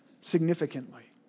significantly